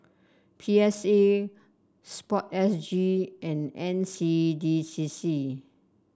P S A sport S G and N C D C C